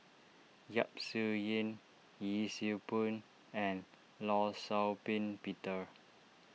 Yap Su Yin Yee Siew Pun and Law Shau Ping Peter